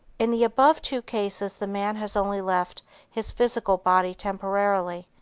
in the above two cases the man has only left his physical body temporarily,